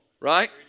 Right